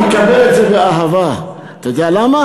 הוא יקבל את זה באהבה, אתה יודע למה?